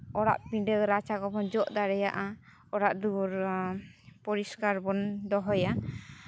ᱚᱲᱟᱜ ᱯᱤᱸᱰᱟᱹ ᱨᱟᱪᱟ ᱠᱚᱵᱚᱱ ᱡᱚᱜ ᱫᱟᱲᱮᱭᱟᱜᱼᱟ ᱚᱲᱟᱜ ᱫᱩᱣᱟᱹᱨ ᱯᱚᱨᱤᱥᱠᱟᱨ ᱵᱚᱱ ᱫᱚᱦᱚᱭᱟ